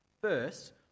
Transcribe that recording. First